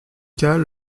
cas